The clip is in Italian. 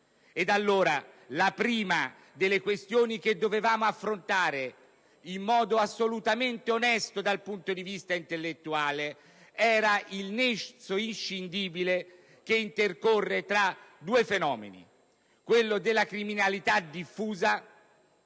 ci chiede. La prima delle questioni che dovevamo affrontare in modo assolutamente onesto dal punto di vista intellettuale era allora il nesso inscindibile che intercorre tra due fenomeni: quello della criminalità diffusa